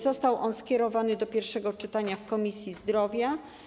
Został on skierowany do pierwszego czytania w Komisji Zdrowia.